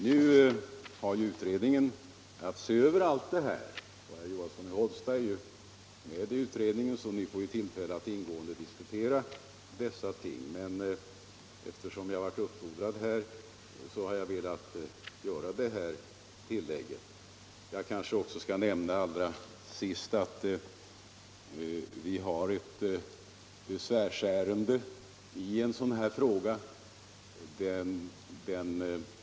Nu har utredningen att se över detta. Herr Johansson i Hållsta är ju med i utredningen, så ni får tillfälle att diskutera dessa frågor, men eftersom jag blev uppfordrad här har jag velat göra detta tillägg. Allra sist kanske jag också skall nämna att vi har ett besvärsärende i en sådan här fråga.